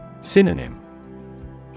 Synonym